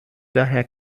daher